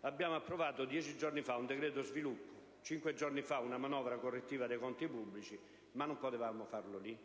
Abbiamo approvato dieci giorni fa un decreto per lo sviluppo e cinque giorni fa una manovra correttiva dei conti pubblici: non avremmo potuto farlo lì?